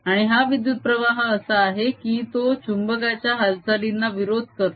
आणि हा विद्युत प्रवाह असा आहे की तो चुंबकाच्या हालचालींना विरोध करतो